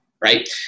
right